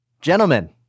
Gentlemen